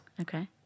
okay